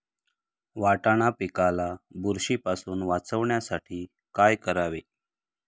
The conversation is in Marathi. वाटाणा पिकाला बुरशीपासून वाचवण्यासाठी काय करावे?